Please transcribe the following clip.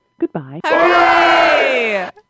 Goodbye